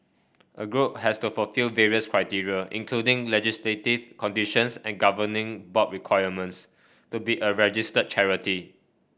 a group has to fulfil various criteria including legislative conditions and governing board requirements to be a registered charity